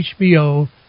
HBO